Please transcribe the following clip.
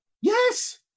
Yes